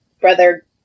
Brother